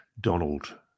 Donald